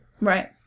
Right